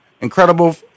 incredible